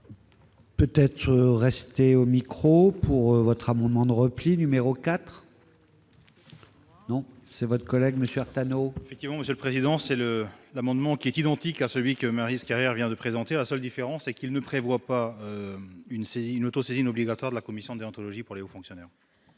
Peut-être rester au micro pour votre amendement de repli numéro 4. Donc c'est votre collègue Monsieur Artano. Et qui vont-elles président c'est le l'amendement qui est identique à celui que risques carrière vient de présenter à la seule différence, c'est qu'il ne prévoit pas une c'est une auto-saisine obligatoire de la commission déontologie pour les fonctionnaires.